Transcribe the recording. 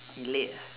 late